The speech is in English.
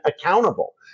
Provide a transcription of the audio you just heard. accountable